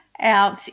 out